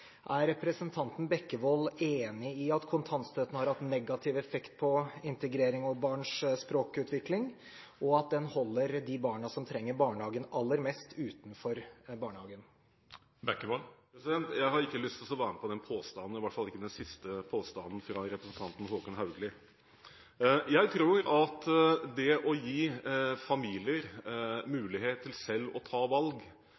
Er representanten Bekkevold enig i at kontantstøtten har hatt negativ effekt på integrering og barns språkutvikling, og at den holder de barna som trenger barnehagen aller mest, utenfor barnehagen? Jeg har ikke lyst til å være med på den påstanden, i hvert fall ikke den siste påstanden, fra representanten Håkon Haugli. Jeg tror man må gi familier mulighet til selv å ta valg